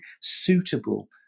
suitable